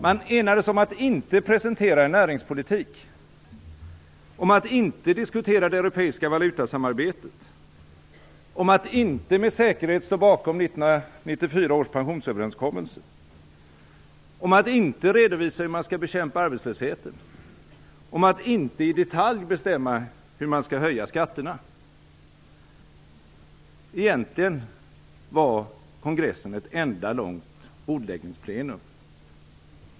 Man enades om att inte presentera en näringspolitik, om att inte diskutera det europeiska valutasamarbetet, om att inte med säkerhet stå bakom 1994 års pensionsöverenskommelse, om att inte redovisa hur man skall bekämpa arbetslösheten och om att inte i detalj bestämma hur man skall höja skatterna. Kongressen var egentligen ett enda långt bordläggningsplenum!